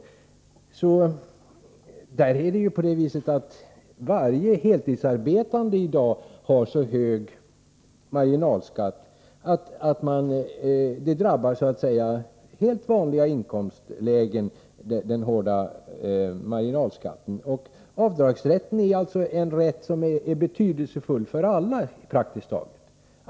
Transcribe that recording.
Den hårda marginalskatten drabbar i dag varje heltidsarbetande, även den i ett helt vanligt inkomstläge. Avdragsrätten är alltså betydelsefull för praktiskt taget alla.